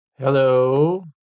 Hello